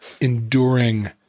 enduring